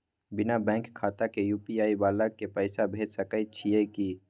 बिना बैंक खाता के यु.पी.आई वाला के पैसा भेज सकै छिए की?